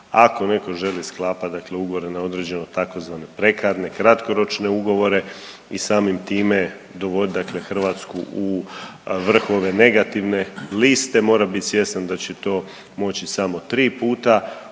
Ako neko želi sklapat dakle ugovore na određeno tzv. prekarne kratkoročne ugovore i samim time dovodit dakle Hrvatsku u vrh ove negativne liste mora bit svjestan da će to moći samo tri puta učiniti